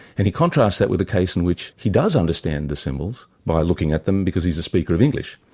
and he contrasts that with the case in which he does understand the symbols by looking at them because he's a speaker of english.